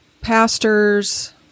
pastors